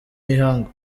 y’ihangu